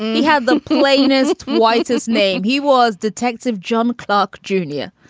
he had the plane as its whitest name. he was detective john clark junior,